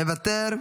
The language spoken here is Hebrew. מוותר,